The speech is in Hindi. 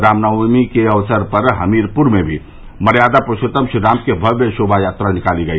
रामनवमी के अवसर पर हमीरपुर में भी मर्यादा पुरूषोत्तम श्रीराम की भव्य शोभा यात्रा निकाली गई